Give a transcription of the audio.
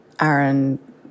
Aaron